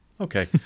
Okay